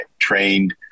trained